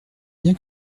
bien